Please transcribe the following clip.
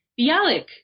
Bialik